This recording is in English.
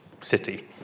city